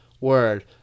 word